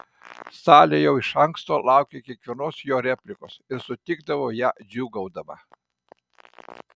salė jau iš anksto laukė kiekvienos jo replikos ir sutikdavo ją džiūgaudama